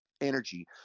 energy